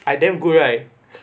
I damn good right